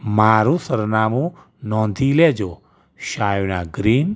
મારું સરનામું નોંધી લેજો શાયોના ગ્રીન